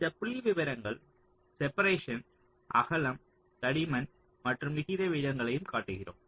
இந்த புள்ளிவிவரங்கள் செப்பரேஷன் அகலம் தடிமன் மற்றும் விகித விகிதங்களையும் காட்டுகிறோம்